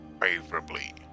favorably